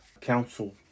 Council